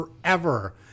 forever